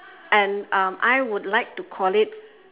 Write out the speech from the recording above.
and um I would like to call it